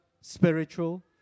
spiritual